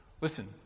Listen